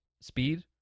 speed